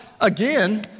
again